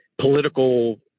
political